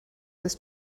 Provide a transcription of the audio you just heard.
his